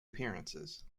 appearances